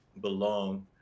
belong